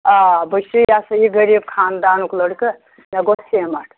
آ بہٕ چھُسَے یہِ ہَسا یہِ غریٖب خاندانُک لٔڑکہٕ مےٚ گوٚژھ سیٖمٹ